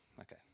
Okay